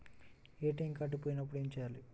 ATM card పోయినప్పుడు ఏమి చేయాలి?